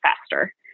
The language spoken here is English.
faster